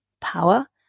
power